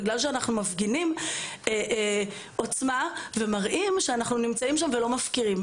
בגלל שאנחנו מפגינים עוצמה ומראים שאנחנו נמצאים שם ולא מפקירים.